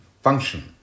function